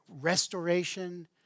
restoration